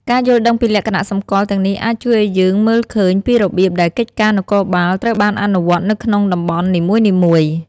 ការយល់ដឹងពីលក្ខណៈសម្គាល់ទាំងនេះអាចជួយឱ្យយើងមើលឃើញពីរបៀបដែលកិច្ចការនគរបាលត្រូវបានអនុវត្តនៅក្នុងតំបន់នីមួយៗ។